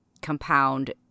compound